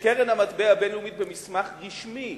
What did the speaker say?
שקרן המטבע הבין-לאומית במסמך רשמי